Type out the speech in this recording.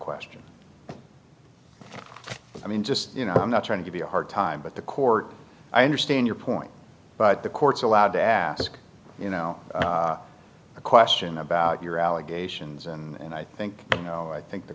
question i mean just you know i'm not trying to be a hard time but the court i understand your point but the court's allowed to ask you know a question about your allegations and i think you know i think the